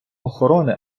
охорони